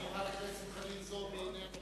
חברת הכנסת חנין זועבי, איננה.